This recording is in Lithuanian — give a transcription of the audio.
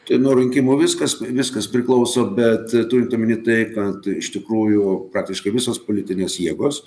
tai nuo rinkimų viskas viskas priklauso bet turint omeny tai kad iš tikrųjų praktiškai visos politinės jėgos